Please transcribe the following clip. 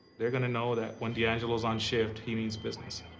they're gonna know that when d'angelo's on shift, he means business.